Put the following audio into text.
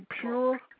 pure